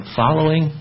following